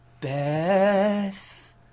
Beth